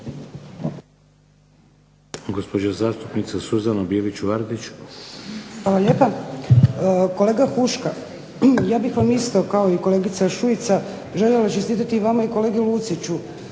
**Bilić Vardić, Suzana (HDZ)** Hvala lijepa. Kolega Huška ja bih vam isto kao i kolegica Šuica željela čestitati vama i kolegi Luciću